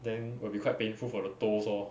then will be quite painful for the toes lor